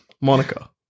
Monica